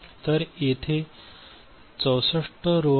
तर येथे 64 रोस आहेत